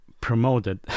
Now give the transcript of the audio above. promoted